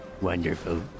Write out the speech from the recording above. Wonderful